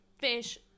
fish